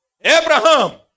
Abraham